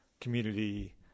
community